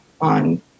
on